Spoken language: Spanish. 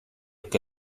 que